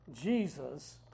Jesus